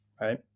Right